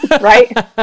Right